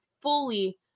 fully